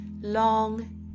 Long